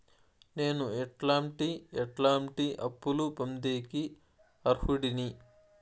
నేను ఎట్లాంటి ఎట్లాంటి అప్పులు పొందేకి అర్హుడిని?